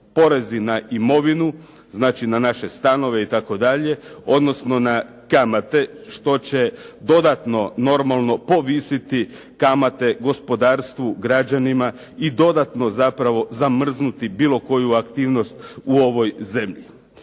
porezi na imovinu, znači na naše stanove itd. odnosno na kamate što će dodatno normalno povisiti kamate gospodarstvu, građanima i dodatno zapravo zamrznuti bilo koju aktivnost u ovoj zemlji.